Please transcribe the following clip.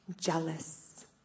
jealous